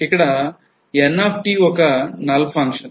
ఇక్కడ Nఒక null function